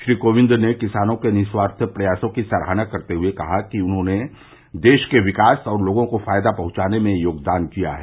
श्री कोविंद ने किसानों के निस्वार्थ प्रयासों की सराहना करते हुए कहा कि उन्होंने देश के विकास और लोगों को फायदा पहुंचाने में योगदान किया है